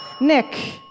Nick